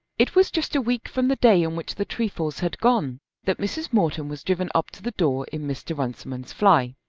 it was just a week from the day on which the trefoils had gone that mrs. morton was driven up to the door in mr. runciman's fly.